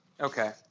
Okay